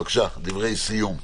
בבקשה, דברי סיום.